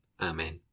Amen